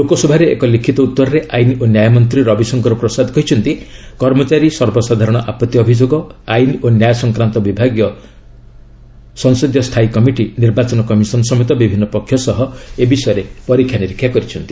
ଲୋକସଭାରେ ଏକ ଲିଖିତ ଉତ୍ତରେ ଆଇନ ଓ ନ୍ୟାୟ ମନ୍ତ୍ରୀ ରବିଶଙ୍କର ପ୍ରସାଦ କହିଛନ୍ତି କର୍ମଚାରୀ ସର୍ବସାଧାରଣ ଆପତ୍ତି ଅଭିଯୋଗ ଆଇନ ଓ ନ୍ୟାୟ ସଂକ୍ରାନ୍ତ ବିଭାଗୀୟ ସଂସଦୀୟ ସ୍ଥାୟୀ କମିଟି' ନିର୍ବାଚନ କମିଶନ ସମେତ ବିଭିନ୍ନ ପକ୍ଷ ସହ ଏ ବିଷୟରେ ପରୀକ୍ଷା ନିରୀକ୍ଷା କରିଛନ୍ତି